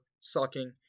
sucking